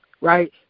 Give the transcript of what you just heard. right